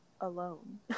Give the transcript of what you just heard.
alone